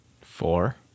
Four